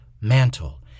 mantle